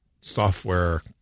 software